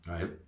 right